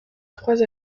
trois